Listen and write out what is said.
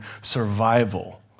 survival